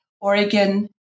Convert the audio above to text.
Oregon